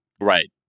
Right